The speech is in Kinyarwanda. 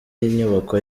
y’inyubako